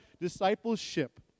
Discipleship